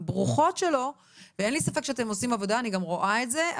הברוכות שלו ואין לי ספק שאתם עושים עבודה ואני גם רואה את זה,